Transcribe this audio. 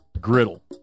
Griddle